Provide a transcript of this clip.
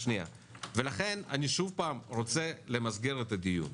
לכן אני שוב רוצה למסגר את הדיון.